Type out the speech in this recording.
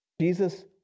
Jesus